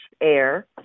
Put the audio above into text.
air